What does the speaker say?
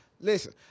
Listen